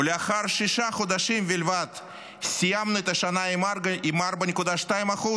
ולאחר שישה חודשים בלבד סיימנו את השנה עם גירעון של 4.2%,